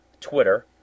Twitter